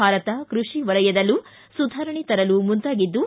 ಭಾರತ ಕೃಷಿ ವಲಯದಲ್ಲೂ ಸುಧಾರಣೆ ತಲರು ಮುಂದಾಗಿದ್ದು